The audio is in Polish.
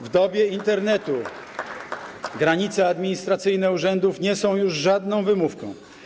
W dobie Internetu granice administracyjne urzędów nie są już żadną wymówką.